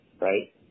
right